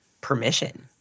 permission